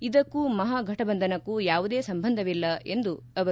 ಇದಕ್ಕೂ ಮಹಾಘಟಬಂಧನಕ್ಕೂ ಯಾವುದೇ ಸಂಬಂಧವಿಲ್ಲ ಎಂದರು